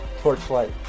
Torchlight